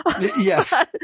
yes